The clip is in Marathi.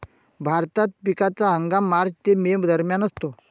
भारतात पिकाचा हंगाम मार्च ते मे दरम्यान असतो